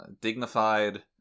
Dignified